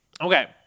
Okay